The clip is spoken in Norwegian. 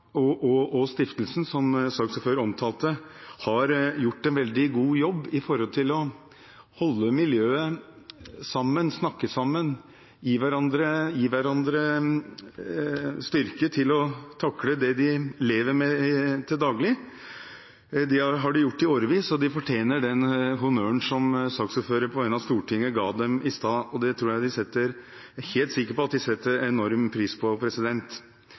hørt. Støttegruppen og stiftelsen, som saksordføreren omtalte, har gjort en veldig god jobb for å holde miljøet sammen, snakke sammen, gi hverandre styrke til å takle det de lever med til daglig. Det har de gjort i årevis, og de fortjener den honnøren som saksordføreren på vegne av Stortinget ga dem i stad. Det er jeg helt sikker på at de setter enorm pris på.